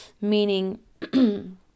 meaning